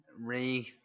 Ray